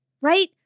right